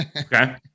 Okay